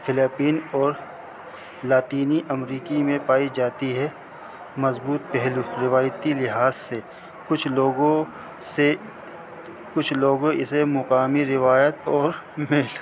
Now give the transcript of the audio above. فلپین اور لطینی امریکی میں پائی جاتی ہے مضبوط پہلو روایتی لحاظ سے کچھ لوگوں سے کچھ لوگوں اسے مقامی روایت اور مل